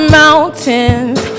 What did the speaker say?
mountains